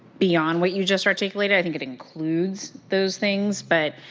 beyond what you just articulated. i think it includes those things, but,